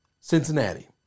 Cincinnati